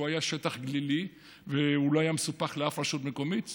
שהוא היה בשטח גלילי ולא היה מסופח לאף רשות מקומית.